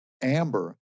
Amber